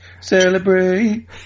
Celebrate